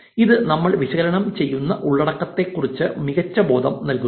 ഇത് നമ്മൾവിശകലനം ചെയ്യുന്ന ഉള്ളടക്കത്തെക്കുറിച്ച് മികച്ച ബോധം നൽകുന്നു